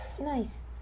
nice